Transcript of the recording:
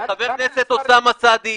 חבר הכנסת אוסאמה סעדי,